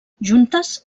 juntes